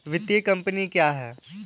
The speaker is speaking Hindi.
वित्तीय कम्पनी क्या है?